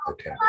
Okay